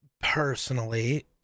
personally